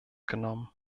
genommen